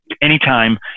anytime